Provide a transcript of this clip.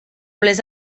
les